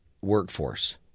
workforce